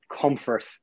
comfort